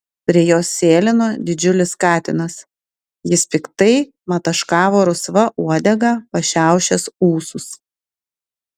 prie jos sėlino didžiulis katinas jis piktai mataškavo rusva uodega pašiaušęs ūsus